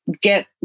get